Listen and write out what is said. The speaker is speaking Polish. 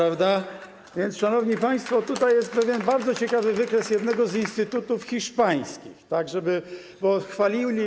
A więc, szanowni państwo, tutaj jest pewien bardzo ciekawy wykres jednego z instytutów hiszpańskich, tak żeby... ...Santandera?